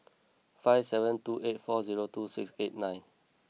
five seven two eight four zero two six eight nine